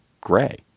gray